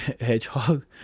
Hedgehog